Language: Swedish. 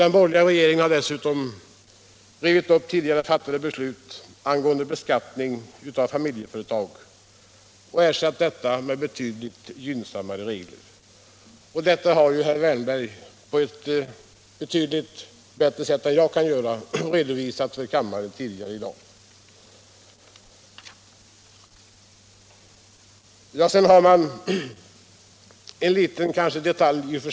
Den borgerliga regeringen har dessutom rivit upp tidigare fattade beslut angående beskattning av familjeföretag och ersatt detta med betydligt gynnsammare regler. Detta har herr Wärnberg, på ett betydligt bättre sätt än jag kan göra, redovisat för kammaren tidigare i dag. Sedan har vi en liten detalj.